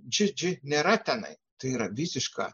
dž dž nėra tenai tai yra visiška